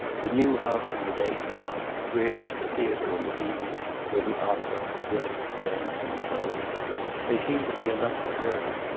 the new house in the day-time, bridge, the theater in the evening or the opera, dinners, dances, clothes they seemed to be enough for her.